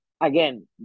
Again